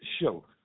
show